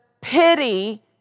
Pity